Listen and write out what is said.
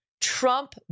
Trump